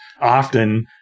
often